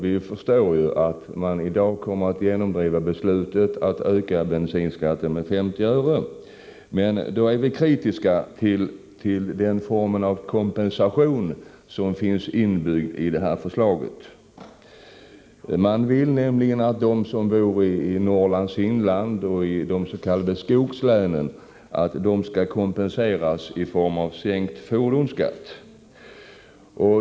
Vi förstår ju att man i dag kommer att genomdriva beslutet att öka bensinskatten med 50 öre. Men vi är kritiska mot den form av kompensation som finns inbyggd i det här förslaget. Man vill nämligen att de som bor i Norrlands inland och de s.k. skogslänen skall kompenseras i form av sänkt fordonsskatt.